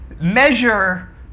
Measure